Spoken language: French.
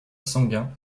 sanguin